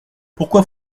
pourquoi